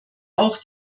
auch